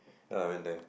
that I went there